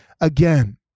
again